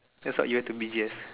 that's what you wear to B_T_S